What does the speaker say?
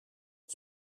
het